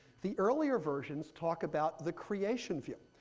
the earlier versions talk about the creation view.